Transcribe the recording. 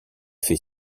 fait